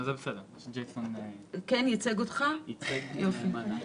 ג'ייסון ייצג אותי נאמנה.